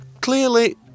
Clearly